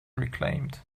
reclaimed